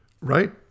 right